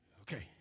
Okay